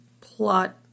plot